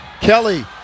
Kelly